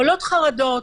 עולות חרדות.